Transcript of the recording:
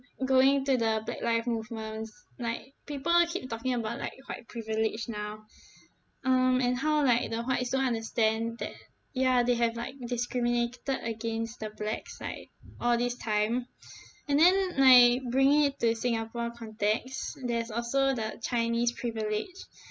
going to the black life movements like people keep talking about like white privilege now um and how like the whites don't understand that ya they have like discriminated against the blacks like all this time and then like bringing it to singapore context there's also the chinese privilege